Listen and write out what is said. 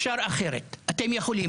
שאפשר אחרת, אתם יכולים.